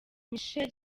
michael